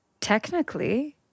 Technically